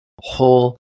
whole